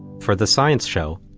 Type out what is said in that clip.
for the science show,